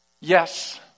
yes